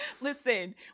Listen